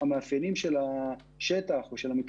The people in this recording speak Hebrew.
שיודעים לספק כלי אחר בגלל המאפיינים של השטח או המתחם,